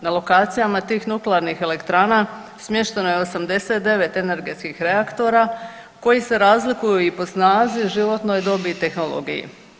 Na lokacijama tih nuklearnih elektrana smješteno je 89 energetskih reaktora koji se razlikuju i po snazi, životnoj dobi i tehnologiji.